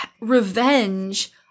revenge